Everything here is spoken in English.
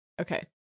okay